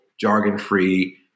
jargon-free